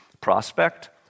prospect